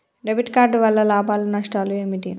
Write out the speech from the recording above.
Debit card వల్ల లాభాలు నష్టాలు ఏమిటి?